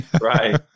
Right